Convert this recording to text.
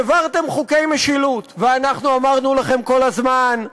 העברתם חוקי משילות ואנחנו אמרנו לכם כל הזמן: